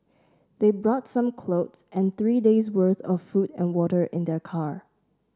they brought some clothes and three days worth of food and water in their car